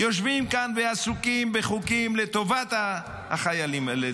יושבים כאן ועסוקים בחוקים לטובת החיילים האלה,